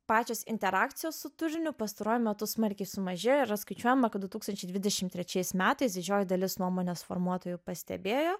pačios interakcijos su turiniu pastaruoju metu smarkiai sumažėjo ir yra skaičiuojama kad du tūkstančiai dvidešim trečiais metais didžioji dalis nuomonės formuotojų pastebėjo